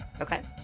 Okay